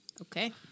Okay